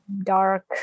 dark